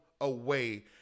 away